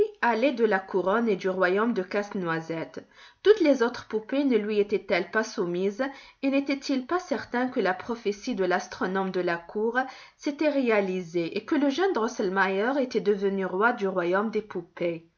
allait de la couronne et du royaume de casse-noisette toutes les autres poupées ne lui étaient-elles pas soumises et n'était-il pas certain que la prophétie de l'astronome de la cour s'était réalisée et que le jeune drosselmeier était devenu roi du royaume des poupées